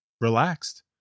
relaxed